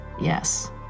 Yes